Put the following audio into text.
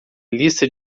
lista